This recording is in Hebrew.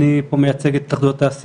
אני פה מייצג כאן את התאחדות התעשיינים,